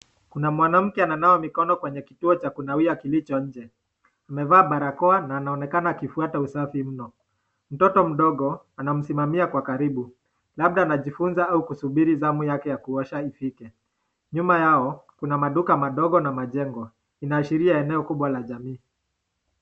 Kuna Mwanamke ananawa mikono kwenye kituo cha kunawia kilicho nje. Amevaa barakoa na anaonekana akifuata usafi mno. Mtoto mdogo anamsimamia kwa karibu. Labda anajifunza au kusubiri zamu yake ya kuosha ifike. Nyuma yao kuna maduka madogo na majengo. Inaashiria eneo kubwa la jamii.